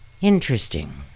Interesting